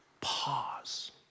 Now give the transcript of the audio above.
Pause